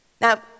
Now